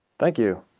thank you.